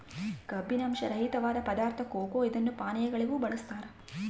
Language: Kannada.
ಕಬ್ಬಿನಾಂಶ ರಹಿತವಾದ ಪದಾರ್ಥ ಕೊಕೊ ಇದನ್ನು ಪಾನೀಯಗಳಿಗೂ ಬಳಸ್ತಾರ